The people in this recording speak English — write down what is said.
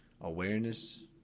awareness